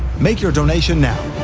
make your donation now,